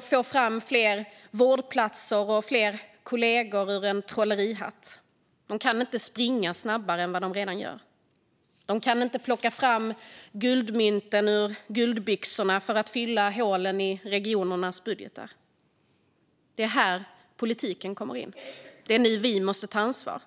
få fram fler vårdplatser och fler kollegor från en trollerihatt. De kan inte springa snabbare än vad de redan gör. De kan inte plocka fram mynt ur guldbyxorna för att fylla hålen i regionernas budgetar. Det är här politiken kommer in. Det är nu vi måste ta ansvar.